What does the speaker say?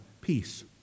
peace